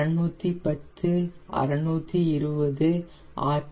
610 620 ஆம் ஆர்